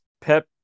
Pep